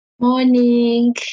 Morning